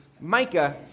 Micah